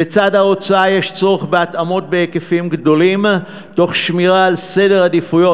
בצד ההוצאה יש צורך בהתאמות בהיקפים גדולים תוך שמירה על סדר עדיפויות,